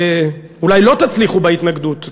ואולי לא תצליחו בהתנגדות,